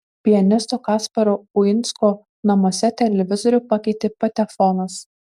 pianisto kasparo uinsko namuose televizorių pakeitė patefonas